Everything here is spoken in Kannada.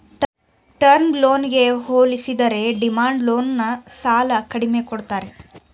ಟರ್ಮ್ ಲೋನ್ಗೆ ಹೋಲಿಸಿದರೆ ಡಿಮ್ಯಾಂಡ್ ಲೋನ್ ನ ಸಾಲ ಕಡಿಮೆ ಕೊಡ್ತಾರೆ